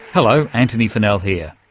hello antony funnell here.